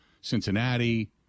Cincinnati